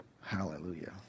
Hallelujah